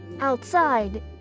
outside